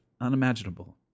unimaginable